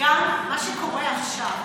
שקורה עכשיו,